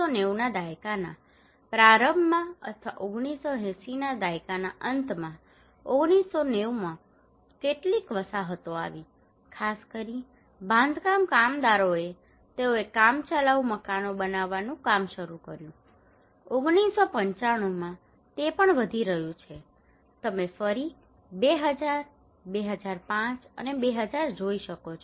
1990 ના દાયકાના પ્રારંભમાં અથવા 1980 ના દાયકાના અંતમાં 1990 માં કેટલીક વસાહતો આવી છે ખાસ કરીને બાંધકામ કામદારોએ તેઓએ કામચલાઉ મકાનો બનાવવાનું કામ શરૂ કર્યું હતું 1995 માં તે પણ વધી રહ્યું છે તમે ફરી 2000 2005 અને 2013 જોઈ શકો છો